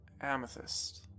amethyst